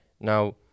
Now